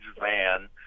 van